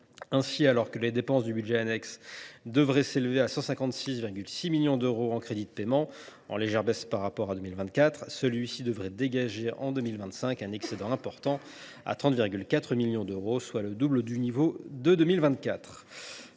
Ainsi, alors que les dépenses du budget annexe devraient s’élever à 150,6 millions d’euros en CP, en légère baisse par rapport à 2024, celui ci devrait dégager en 2025 un excédent important, à 30,4 millions d’euros, soit le double du niveau de 2024.